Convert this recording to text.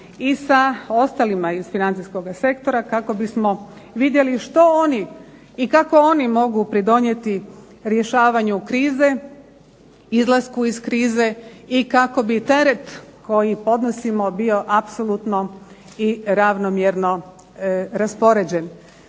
i sa ostalima iz financijskoga sektora kako bismo vidjeli što oni i kako oni mogu pridonijeti rješavanju krize, izlasku iz krize i kako bi teret koji podnosimo bio apsolutno i ravnomjerno raspoređen.